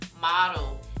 model